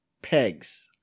Pegs